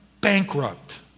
bankrupt